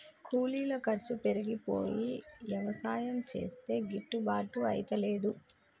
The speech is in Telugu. కూలీల ఖర్చు పెరిగిపోయి యవసాయం చేస్తే గిట్టుబాటు అయితలేదు